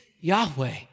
Yahweh